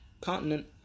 continent